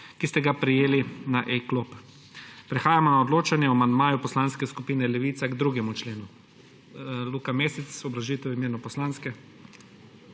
ki ste ga prejeli na e-klop. Prehajamo na odločanje o amandmaju Poslanske skupine Levica k 2. členu. Luka Mesec ima obrazložitev v imenu poslanske